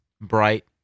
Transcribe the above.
bright